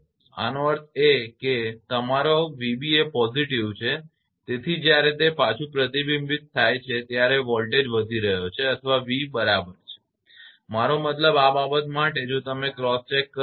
આનો અર્થ એ કે તમારો 𝑣𝑏 એ positive છે તેથી જ્યારે તે પાછું પ્રતિબિંબિત થાય છે ત્યારે વોલ્ટેજ વધી રહ્યો છે અથવા v બરાબર છે મારો મતલબ આ બાબત માટે જો તમે ક્રોસ ચેક કરો છો